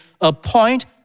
appoint